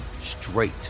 straight